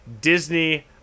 disney